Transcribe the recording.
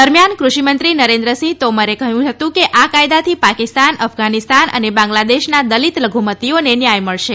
દરમિયાન કૃષિમંત્રી નરેન્દ્રસિંહ તોમરે કહ્યું હતું કે આ કાયદાથી પાકિસ્તાન અફઘાનિસ્તાન અને બાંગ્લાદેશના દલિત લઘુમતીઓને ન્યાય મળશે